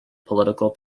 political